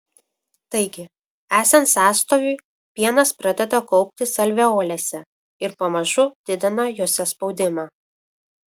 taigi esant sąstoviui pienas pradeda kauptis alveolėse ir pamažu didina jose spaudimą